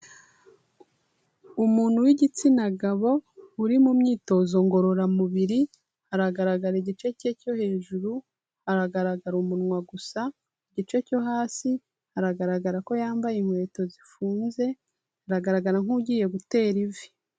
Umuntu w'igitsina gabo, uri mu myitozo ngororamubiri, aragaragara igice cye cyo hejuru, aragaragara umunwa gusa, igice cyo hasi aragaragara ko yambaye inkweto zifunze, aragaragara nk'ugiye gutera ivi.